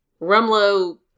Rumlow